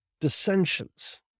dissensions